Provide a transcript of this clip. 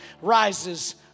rises